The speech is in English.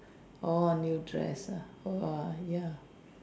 oh new dress ah !wah! ya